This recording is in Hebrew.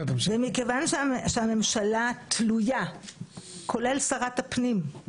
הממשלה, כולל שרת הפנים,